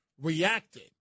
reacted